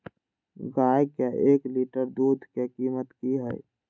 गाय के एक लीटर दूध के कीमत की हय?